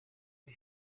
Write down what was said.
uri